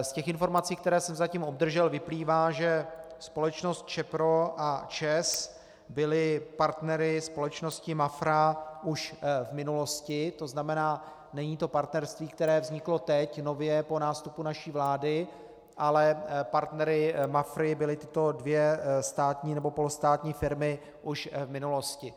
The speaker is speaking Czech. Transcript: Z informací, které jsem zatím obdržel, vyplývá, že společnosti ČEPRO a ČEZ byly partnery společnosti Mafra už v minulosti, to znamená, není to partnerství, které vzniklo teď nově po nástupu naší vlády, ale partnery Mafry byly tyto dvě státní nebo polostátní firmy už v minulosti.